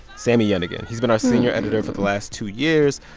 sami yenigun. he's been our senior editor for the last two years.